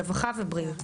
רווחה ובריאות.